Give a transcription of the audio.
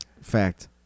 Fact